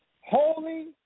holy